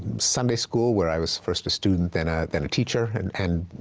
sunday school, where i was first a student then ah then a teacher and